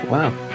Wow